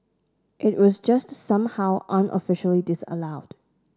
it was just somehow unofficially disallowed